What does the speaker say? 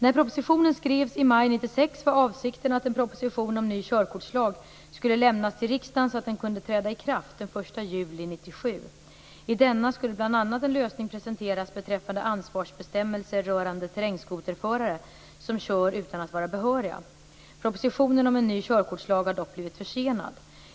När propositionen skrevs i maj 1996 var avsikten att en proposition om ny körkortslag skulle lämnas till riksdagen så att den skulle kunna träda i kraft den 1 juli 1997. I denna skulle bl.a. en lösning presenteras beträffande ansvarsbestämmelser rörande terrängskoterförare som kör utan att vara behöriga. Propositionen om en ny körkortslag har dock blivit försenad.